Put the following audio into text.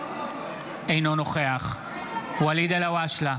אינו נוכח ואליד אלהואשלה,